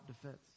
defense